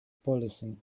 policy